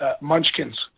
munchkins